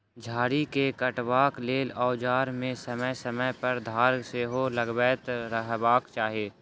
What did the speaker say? झाड़ी के काटबाक लेल औजार मे समय समय पर धार सेहो लगबैत रहबाक चाही